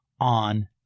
on